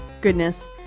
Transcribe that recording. goodness